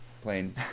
playing